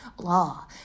law